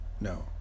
No